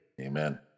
Amen